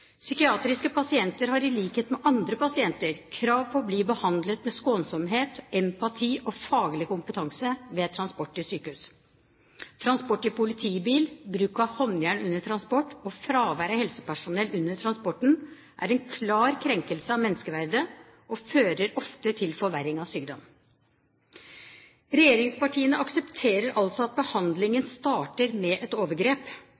Psykiatriske pasienter har i likhet med andre pasienter krav på å bli behandlet med skånsomhet, empati og faglig kompetanse ved transport til sykehus. Transport i politibil, bruk av håndjern under transport og fravær av helsepersonell under transporten er en klar krenkelse av menneskeverdet og fører ofte til forverring av sykdom. Regjeringspartiene aksepterer altså at behandlingen starter med et overgrep.